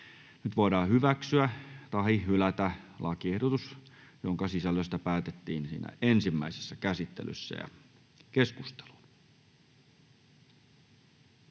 Nyt voidaan hyväksyä tai hylätä lakiehdotukset, joiden sisällöstä päätettiin ensimmäisessä käsittelyssä. — Edustaja